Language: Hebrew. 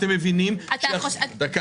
אתם מבינים --- אדוני,